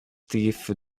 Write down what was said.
teeth